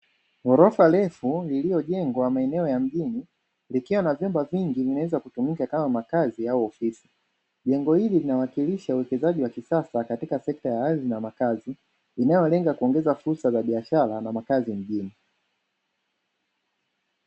Ghorofa refu lililojengwa maeneo ya mjini likiwa na vyumba vingi vinaweza kutumika kama makazi au ofisi. Jengo hili linawakilisha uwekezaji wa kisasa katika sekta ya ardhi na makazi, inayolenga kuongeza fursa za biashara na makazi mjini.